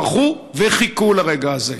טרחו וחיכו לרגע הזה.